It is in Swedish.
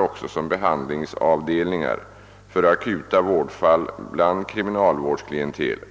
också som behandlingsavdelningar för akuta vårdfall bland kriminalvårdsklientelet.